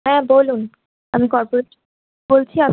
হ্যাঁ বলুন আমি কর্পোরেশান বলছি আপনি